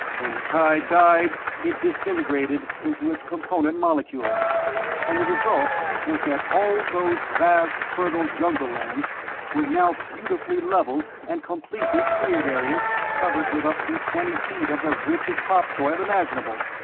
when the tide died, it disintegrated into its component molecules and the result was that all those vast fertile jungle lands were now beautifully levelled and completely cleared areas covered with up to twenty feet of the richest topsoil imaginable.